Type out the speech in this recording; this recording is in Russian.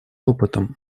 опытом